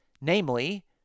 namely